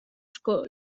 sco